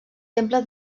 temple